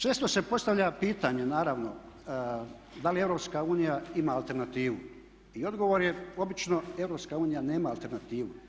Često se postavlja pitanje naravno da li EU ima alternativu i odgovor je obično EU nema alternativu.